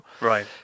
right